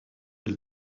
elle